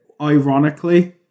ironically